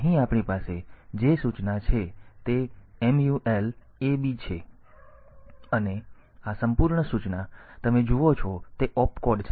અહીં આપણી પાસે જે સૂચના છે તે MUL AB છે અને આ સંપૂર્ણ સૂચના તમે જુઓ છો તે ઓપકોડ છે